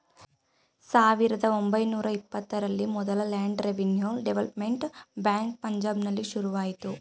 ಸಾವಿರದ ಒಂಬೈನೂರ ಇಪ್ಪತ್ತರಲ್ಲಿ ಮೊದಲ ಲ್ಯಾಂಡ್ ರೆವಿನ್ಯೂ ಡೆವಲಪ್ಮೆಂಟ್ ಬ್ಯಾಂಕ್ ಪಂಜಾಬ್ನಲ್ಲಿ ಶುರುವಾಯ್ತು